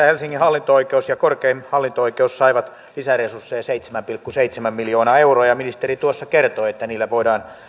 helsingin hallinto oikeus ja korkein hallinto oikeus saivat lisäresursseja seitsemän pilkku seitsemän miljoonaa euroa ja ministeri tuossa kertoi että niillä voidaan